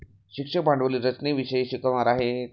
शिक्षक भांडवली रचनेविषयी शिकवणार आहेत